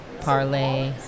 Parlay